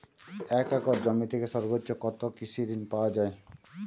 এক একর জমি থেকে সর্বোচ্চ কত কৃষিঋণ পাওয়া য়ায়?